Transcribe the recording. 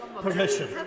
permission